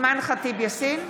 אימאן ח'טיב יאסין,